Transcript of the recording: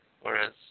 whereas